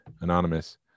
anonymous